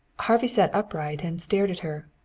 harvey sat upright and stared at her.